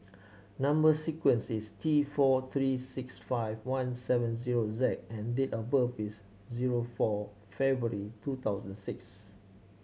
number sequence is T four three six five one seven zero Z and date of birth is zero four February two thousand six